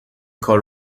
کار